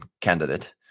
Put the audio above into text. candidate